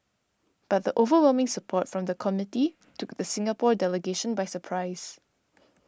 but the overwhelming support from the committee took the Singapore delegation by surprise